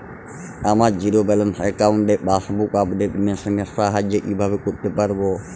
আমার zero balance অ্যাকাউন্টে passbook update machine এর সাহায্যে কীভাবে করতে পারব?